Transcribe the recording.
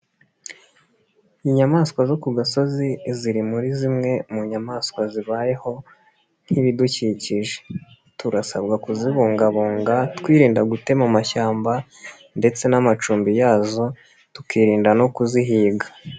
Inyamaswa zo ku gasozi ziri muri zimwe mu nyamaswa zibayeho nk'ibidukikije, turasabwa kuzibungabunga twirinda gutema amashyamba ndetse n'amacumbi yazo, tukirinda no kuzihiga.